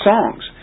Songs